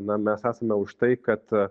na mes esame už tai kad